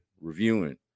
reviewing